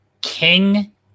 King